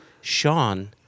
Sean